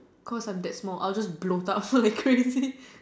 cause I'm that small I'll just bloat up so like crazy